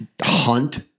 hunt